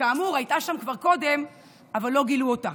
שכאמור הייתה שם קודם אבל לא גילו אותה.